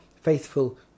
faithful